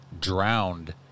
drowned